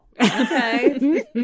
Okay